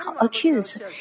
accuse